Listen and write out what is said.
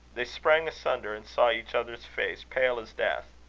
they sprang asunder, and saw each other's face pale as death.